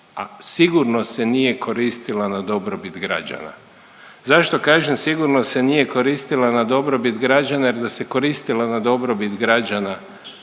sigurno se nije koristila na dobrobit građana. Zašto kažem sigurno se nije koristila na dobrobit građana jer da se koristila na dobrobit građana,